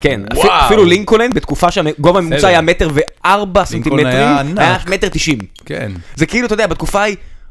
וואו! כן, אפילו לינקולן, בתקופה שהגובה הממוצע היה מטר וארבע סנטימטרים, לינקולן היה ענק, היה מטר תשעים. כן. זה כאילו, אתה יודע, בתקופה ההיא...